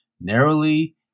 narrowly